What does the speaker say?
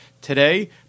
today